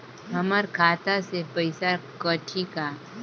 हमर खाता से पइसा कठी का?